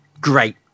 great